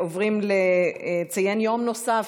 אנחנו עוברים לציון יום נוסף,